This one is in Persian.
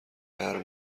گرم